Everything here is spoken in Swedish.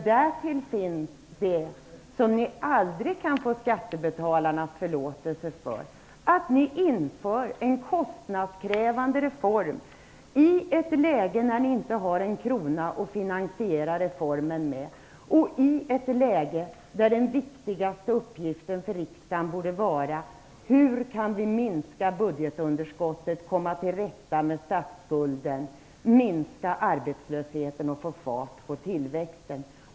Därtill kommer det ni aldrig kan få skattebetalarnas förlåtelse för: ni inför en kostnadskrävande reform i ett läge när ni inte har en krona att finansiera reformen med och där den viktigaste uppgiften för riksdagen borde vara att minska budgetunderskottet, komma till rätta med statsskulden, minska arbetslösheten och få fart på tillväxten.